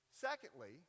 Secondly